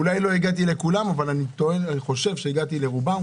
אולי לא הגעתי לכולם אבל אני חושב שהגעתי לרובם,